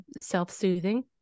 self-soothing